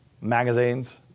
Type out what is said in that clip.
magazines